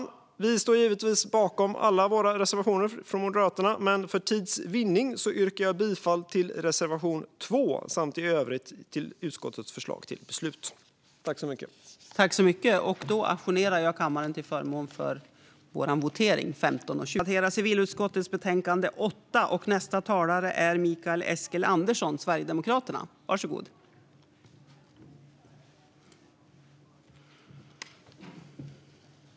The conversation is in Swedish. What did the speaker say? Vi i Moderaterna står givetvis bakom alla våra reservationer, men för tids vinnande yrkar jag bifall endast till reservation 2 samt bifall till utskottets förslag till beslut i övrigt.